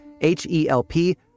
H-E-L-P